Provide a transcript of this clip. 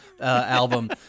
album